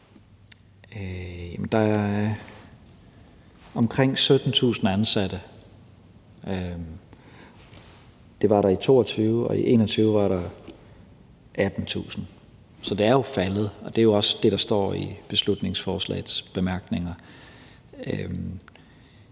Der er omkring 17.000 ansatte. Det var der i 2022, og i 2021 var der 18.000. Så det er jo faldet, og det er også det, der står i bemærkningerne